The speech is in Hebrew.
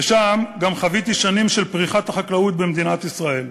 ושם גם חוויתי שנים של פריחת החקלאות במדינת ישראל.